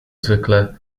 zwykle